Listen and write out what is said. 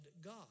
God